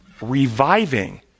reviving